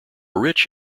rich